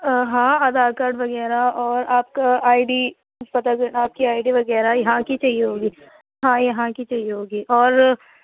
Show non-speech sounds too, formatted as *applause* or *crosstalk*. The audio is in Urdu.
ہاں آدھار کارڈ وگیرہ اور آپ کا آئی ڈی *unintelligible* آپ کی آئی ڈی وغیرہ یہاں کی چاہیے ہوگی ہاں یہاں کی چاہیے ہوگی اور